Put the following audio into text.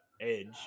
edge